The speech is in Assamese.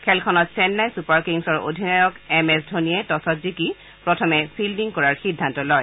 খেলখনত চেয়াই ছুপাৰ কিংছৰ অধিনায়ক এম এছ ধোনীয়া টচত জিকি প্ৰথমে ফিল্ডিং কৰাৰ সিদ্ধান্ত লয়